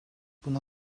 buna